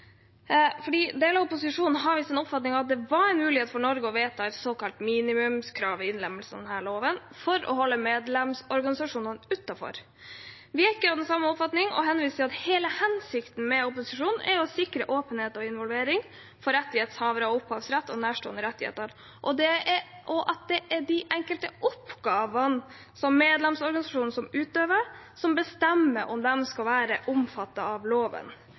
Deler av opposisjonen har den oppfatning at det var en mulighet for Norge til å vedta et såkalt minimumskrav ved innlemmelse av denne loven for å holde medlemsorganisasjonene utenfor. Vi er ikke av den samme oppfatning, og henviser til at hele hensikten med proposisjonen er å sikre åpenhet og involvering for rettighetshavere av opphavsrett og nærstående rettigheter, og at det er de enkelte oppgavene som medlemsorganisasjonen utøver, som bestemmer om det skal være omfattet av loven.